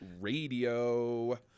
radio